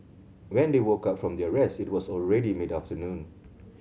when they woke up from their rest it was already mid afternoon